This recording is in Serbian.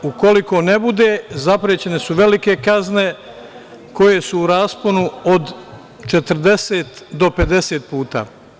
Ukoliko ne bude, zaprećene su velike kazne koje su u rasponu od 40 do 50 puta.